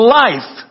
life